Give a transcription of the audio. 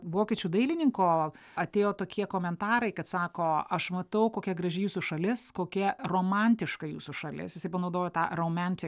vokiečių dailininko atėjo tokie komentarai kad sako aš matau kokia graži jūsų šalis kokia romantiška jūsų šalis jisai panaudojo tą romantik